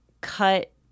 cut